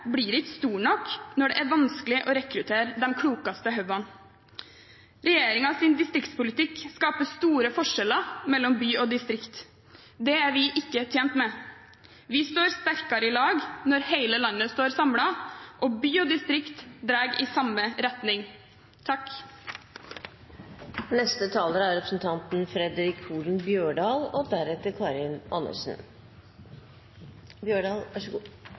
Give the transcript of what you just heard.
blir ikke stor nok når det er vanskelig å rekruttere de klokeste hodene. Regjeringens distriktspolitikk skaper store forskjeller mellom by og distrikt. Det er vi ikke tjent med. Vi står sterkere i lag når hele landet står samlet og by og distrikt drar i samme retning. Det aller mest urovekkjande med denne debatten er